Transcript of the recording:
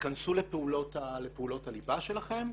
תתכנסו לפעולות הליבה שלכם.